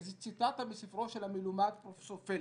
איזו שהיא ציטטה מספרו של המלומד פרופסור פלר.